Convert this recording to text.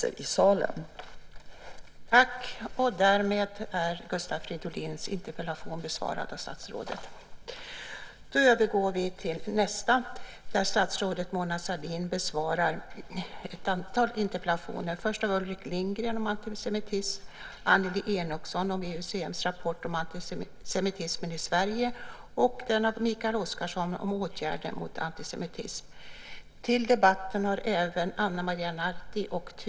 Andre vice talmannen konstaterade att interpellanten inte var närvarande i kammaren och förklarade överläggningen avslutad.